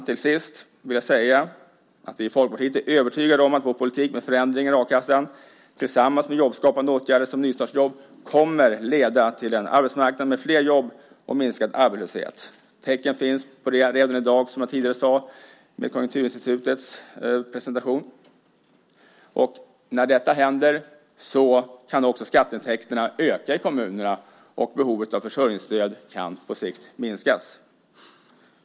Till sist vill jag säga att vi i Folkpartiet är övertygade om att vår politik med förändringar av a-kassan, tillsammans med jobbskapande åtgärder som nystartsjobb, kommer att leda till en arbetsmarknad med flera jobb och minskad arbetslöshet. Tecken på det finns redan i dag, som jag tidigare sade, enligt Konjunkturinstitutets presentation. Och när detta händer kan också skatteintäkterna öka i kommunerna, och behovet av försörjningsstöd kan på sikt minska.